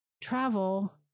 travel